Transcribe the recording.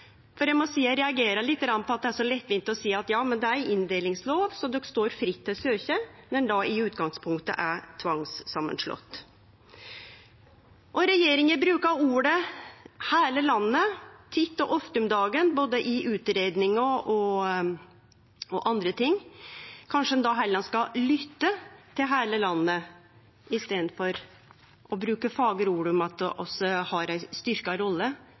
på at ein lettvint seier at det er ei inndelingslov, så ein står fritt til å søkje, mens ein i utgangspunktet er slått saman med tvang. Regjeringa brukar uttrykket «heile landet» tidt og ofte om dagen, både i utgreiingar og i anna. Kanskje ein heller skal lytte til heile landet i staden for å bruke fagre ord om at vi har ei styrkt rolle.